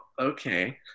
okay